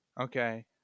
okay